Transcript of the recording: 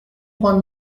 trois